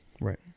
Right